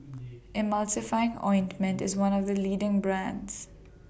Emulsying Ointment IS one of The leading brands